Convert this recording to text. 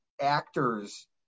actors